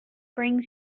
brings